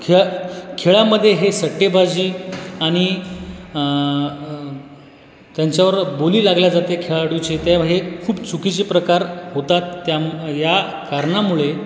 खेळ खेळांमध्ये हे सट्टेबाजी आणि त्यांच्यावर बोली लागल्या जाते खेळाडूचे ते हे खूप चुकीचे प्रकार होतात त्यामु या कारणामुळे